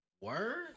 Word